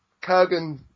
Kurgan